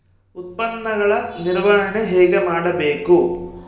ಉತ್ಪನ್ನಗಳ ನಿರ್ವಹಣೆ ಹೇಗೆ ಮಾಡಬೇಕು?